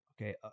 Okay